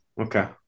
Okay